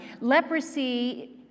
Leprosy